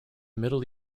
middle